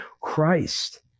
Christ